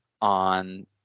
on